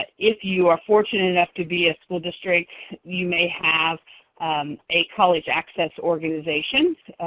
ah if you are fortunate enough to be a school district, you may have a college access organization.